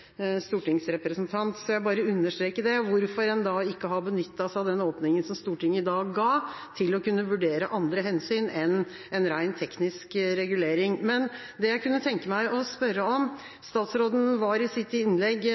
stortingsrepresentant, jeg bare understreker det. Hvorfor har en da ikke benyttet seg av den åpninga som Stortinget ga til å kunne vurdere andre hensyn enn en ren teknisk regulering? Det jeg kunne tenke meg å spørre om, er følgende: Statsråden kritiserte SV i sitt innlegg